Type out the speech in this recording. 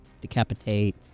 decapitate